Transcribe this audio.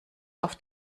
auf